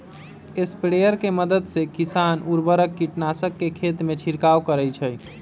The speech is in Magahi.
स्प्रेयर के मदद से किसान उर्वरक, कीटनाशक के खेतमें छिड़काव करई छई